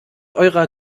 eurer